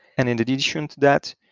and in addition to that,